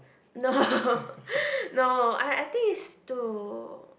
no no I I think is to